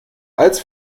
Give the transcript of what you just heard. als